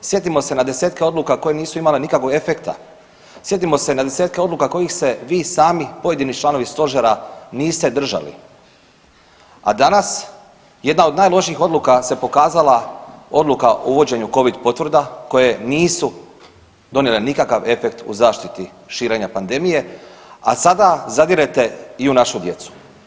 Sjetimo se na desetke odluka koje nisu imale nikakvog efekta, sjetimo se na desetke odluka kojih se vi sami pojedi članovi stožera niste držali, a danas jedna od najlošijih odluka se pokazala odluka o uvođenju covid potvrda koje nisu donijele nikakav efekt u zaštiti širenja pandemije, a sada zadirete i u našu djecu.